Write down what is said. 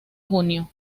junio